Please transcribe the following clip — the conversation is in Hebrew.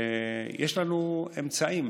יש לנו אמצעים